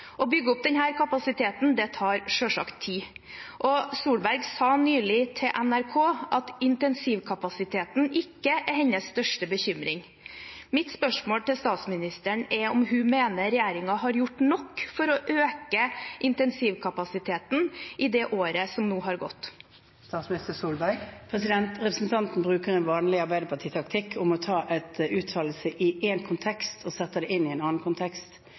Å bygge opp denne kapasiteten tar selvsagt tid. Solberg sa nylig til NRK at intensivkapasiteten ikke er hennes største bekymring. Mitt spørsmål til statsministeren er om hun mener regjeringen har gjort nok for å øke intensivkapasiteten i det året som nå har gått. Representanten bruker en vanlig Arbeiderparti-taktikk: å ta en uttalelse i én kontekst og sette den inn i en annen kontekst.